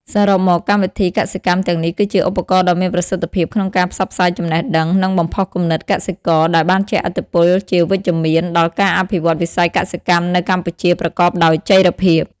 សរុបមក កម្មវិធីកសិកម្មទាំងនេះគឺជាឧបករណ៍ដ៏មានប្រសិទ្ធភាពក្នុងការផ្សព្វផ្សាយចំណេះដឹង និងបំផុសគំនិតកសិករ ដែលបានជះឥទ្ធិពលជាវិជ្ជមានដល់ការអភិវឌ្ឍវិស័យកសិកម្មនៅកម្ពុជាប្រកបដោយចីរភាព។